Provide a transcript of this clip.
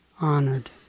honored